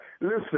Listen